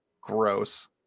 gross